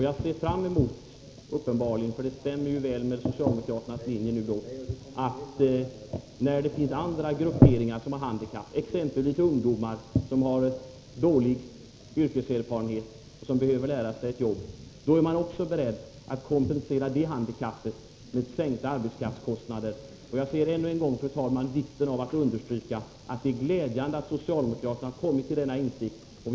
Jag ser fram emot — det stämmer då väl med socialdemokraternas linje — att man skall vara beredd att kompensera också andra handikapp med sänkta arbetskraftskostnader; det finns ju andra grupper som har handikapp, exempelvis ungdomar som har liten yrkeserfarenhet och som behöver lära sig ett jobb. Jag understryker än en gång, fru talman, att det är glädjande att socialdemokraterna har kommit till denna insikt.